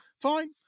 Fine